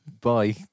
bye